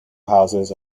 houses